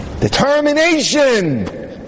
Determination